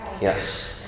Yes